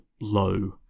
low